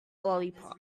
lollipop